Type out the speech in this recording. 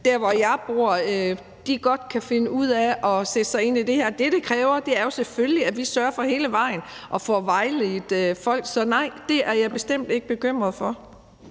hvor jeg bor, godt kan finde ud af at sætte sig ind i det her. Det, det kræver, er jo selvfølgelig, at vi sørger for hele vejen at få vejledt folk. Så nej, det er jeg bestemt ikke bekymret for.